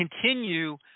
continue